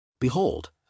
Behold